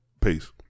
Peace